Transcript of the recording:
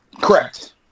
correct